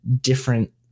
different